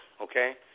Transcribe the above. okay